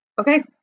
Okay